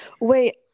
wait